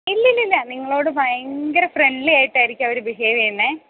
ഇല്ല ഇല്ല ഇല്ല നിങ്ങളോട് ഭയങ്കര ഫ്രണ്ട്ലി ആയിട്ടായിരിക്കും അവർ ബിഹേവ് ചെയ്യുന്നത്